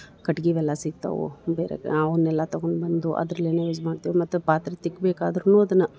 ಕಟ್ಗಿ ಇವೆಲ್ಲ ಸಿಗ್ತಾವು ಬೇರೆ ಅವನ್ನು ಎಲ್ಲ ತಗೊಂಡ್ಬಂದು ಅದರಲ್ಲೇನೆ ಯೂಸ್ ಮಾಡ್ತೀವಿ ಮತ್ತು ಪಾತ್ರೆ ತಿಕ್ಕಬೇಕಾದ್ರ ಅದನ್ನು